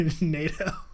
NATO